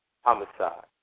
homicide